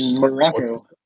Morocco